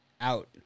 Out